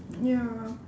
ya